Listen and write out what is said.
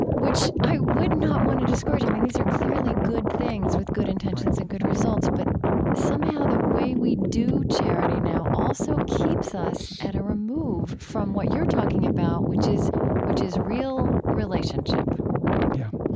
which i would not want to discourage, i mean these are clearly good things with good intentions and good results, but somehow the way we do charity now also keeps us at a remove from what you're talking about, which is which is real relationship yeah.